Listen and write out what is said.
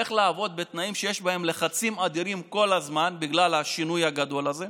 איך לעבוד בתנאים שיש בהם לחצים אדירים כל הזמן בגלל השינוי הגדול הזה,